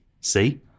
See